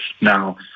Now